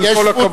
עם כל הכבוד,